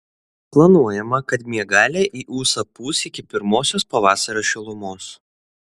planuojama kad miegalė į ūsą pūs iki pirmosios pavasario šilumos